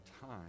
time